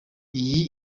iyi